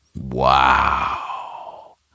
Wow